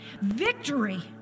victory